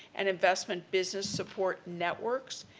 and investment business support networks,